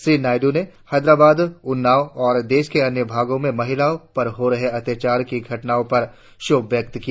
श्री नायडू ने हैदराबाद उन्नाव और देश के अन्य भागों में महिलाओं पर हो रहे अत्याचार की घटनाओं पर क्षोभ व्यक्त किया